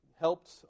helped